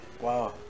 Wow